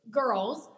girls